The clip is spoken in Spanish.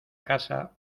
casa